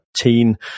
teen